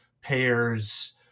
payers